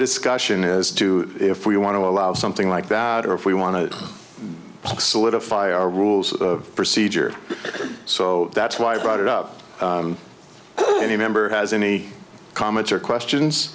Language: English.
discussion is to if we want to allow something like that or if we want to solidify our rules of procedure so that's why i brought it up any member has any comments or questions